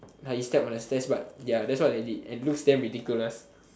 like he step on the stairs but ya that's what they did and it looks damn ridiculous